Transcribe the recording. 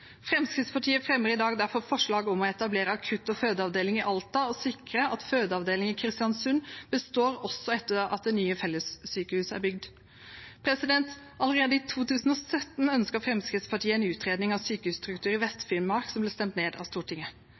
Fremskrittspartiet fremmer i dag derfor forslag om å etablere akutt- og fødeavdeling i Alta og sikre at fødeavdelingen i Kristiansund består også etter at det nye fellessykehuset er bygd. Allerede i 2017 ønsket Fremskrittspartiet en utredning av sykehusstruktur i Vest-Finnmark, som ble stemt ned av Stortinget.